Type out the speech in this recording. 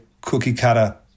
cookie-cutter